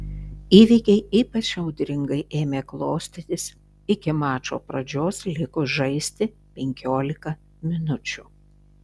įvykiai ypač audringai ėmė klostytis iki mačo pradžios likus žaisti penkiolika minučių